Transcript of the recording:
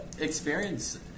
Experience